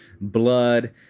blood